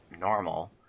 normal